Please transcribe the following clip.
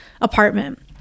apartment